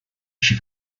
she